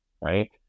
right